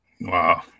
Wow